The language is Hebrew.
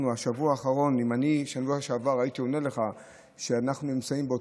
אם הייתי עונה לך בשבוע שעבר הייתי אומר שאנחנו נמצאים